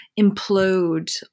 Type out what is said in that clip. implode